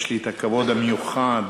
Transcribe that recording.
יש לי הכבוד המיוחד